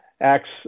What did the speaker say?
acts